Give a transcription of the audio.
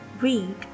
Read